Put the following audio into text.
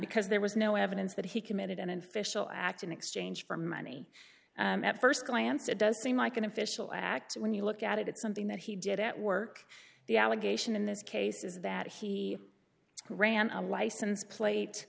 because there was no evidence that he committed and in fishel act in exchange for money at st glance it does seem like an official act when you look at it it's something that he did at work the allegation in this case is that he ran a license plate